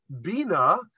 Bina